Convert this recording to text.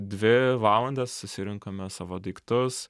dvi valandas susirinkome savo daiktus